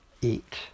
eat